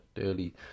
early